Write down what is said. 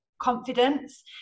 confidence